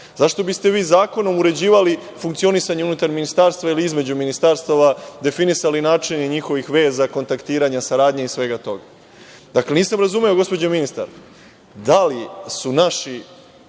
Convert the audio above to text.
Zašto biste zakonom uređivali funkcionisanje unutar ministarstva ili između ministarstava, definisali način njihovih veza, kontaktiranja, saradnje i svega ostalog? Dakle, nisam razumeo, gospođo ministar, da li su naša